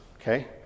okay